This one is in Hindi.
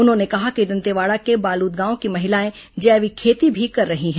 उन्होंने कहा कि दंतेवाड़ा के बालूद गांव की महिलाएं जैविक खेती भी कर रही हैं